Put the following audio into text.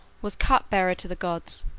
was cup-bearer to the gods.